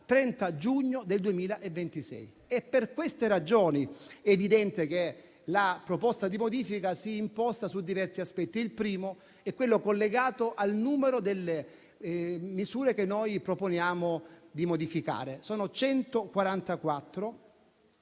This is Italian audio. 30 giugno 2026. Per queste ragioni è evidente che la proposta di modifica si imposta su diversi aspetti, il primo dei quali è collegato al numero delle misure che proponiamo di modificare: sono 144